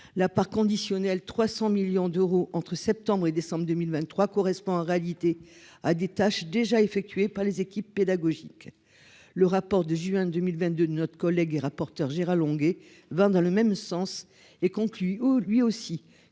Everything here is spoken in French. la part conditionnel 300 millions d'euros entre septembre et décembre 2023 correspond en réalité à des tâches déjà effectué par les équipes pédagogiques, le rapport de juin 2022 notre collègue et rapporteur Gérard Longuet vingt dans le même sens et conclut lui aussi